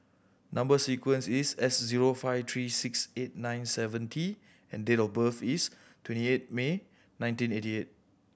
number sequence is S zero five three six eight nine seven T and date of birth is twenty eight May nineteen eighty eight